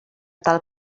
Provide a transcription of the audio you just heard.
tal